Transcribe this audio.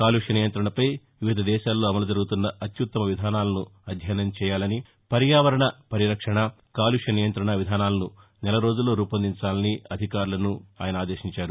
కాలుష్య నియంతణపై వివిధ దేశాల్లో అమలు జరుగుతున్న అత్యుత్తమ విధానాలను అధ్యయనం చేయాలని పర్యావరణ పరిరక్షణ కాలుష్య నియంతణ విధానాలను నెలరోజుల్లో రూపొందించాలని అధికారులను ఆయన ఆదేశించారు